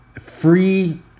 free